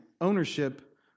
Ownership